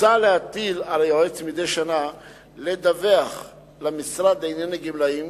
מוצע להטיל על היועץ מדי שנה לדווח למשרד לענייני גמלאים